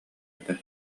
этэ